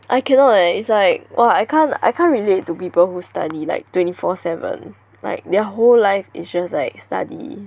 I cannot leh it's like !wah! I can't I can't relate to people who study like twenty four seven like their whole life is just like study